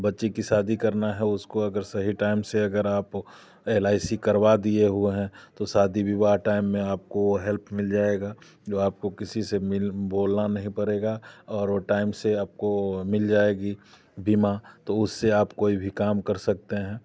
बच्चे की शादी करना है उसको अगर सही टाइम से अगर आप एल आई सी करवा दिए हुए हैं तो शादी विवाह टाइम में आपको हेल्प मिल जाएगी और आपको किसी से मिल बोलना नहीं पड़ेगा और वह टाइम से आपको मिल जाएगी बीमा तो उससे आप कोई भी काम कर सकते हैं